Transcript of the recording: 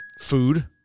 food